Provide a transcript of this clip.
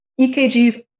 EKGs